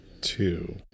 two